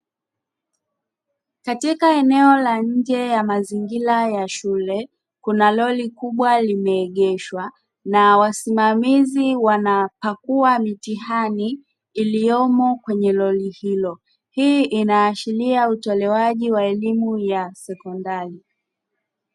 Katika eneo la nje ya mazingira ya shule, kuna lori kubwa limeegeshwa na wasimamizi wanapakua mitihani iliyomo kwenye lori hilo. Hii inaashiria utolewaji wa elimu ya sekondari.